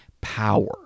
power